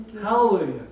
Hallelujah